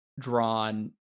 drawn